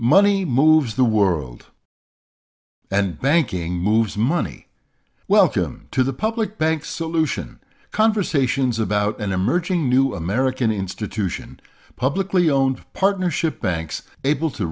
money moves the world and banking moves money welcome to the public bank solution conversations about an emerging new american institution publicly owned partnership banks able to